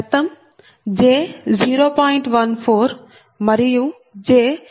14 మరియు j 0